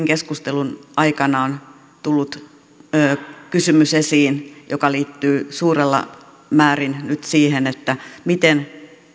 keskustelun aikana on hyvin tullut esiin kysymys joka liittyy suuressa määrin nyt siihen miten